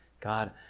God